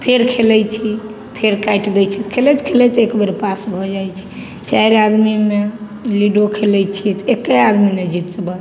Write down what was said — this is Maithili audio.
फेर खेलय छी फेर काटि दै छै खेलैत खेलैत एक बेर पास भऽ जाइ छी चारि आदमीमे लिडो खेलय छियै तऽ एके आदमी ने जितबय